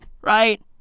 right